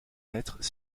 mètres